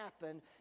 happen